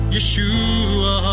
Yeshua